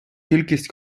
кількість